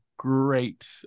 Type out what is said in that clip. great